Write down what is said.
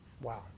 Wow